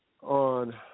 On